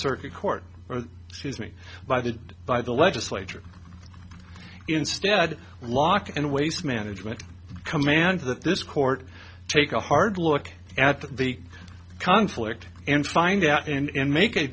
circuit court or sees me by the by the legislature instead locke and waste management command that this court take a hard look at the conflict and find out and make